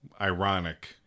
ironic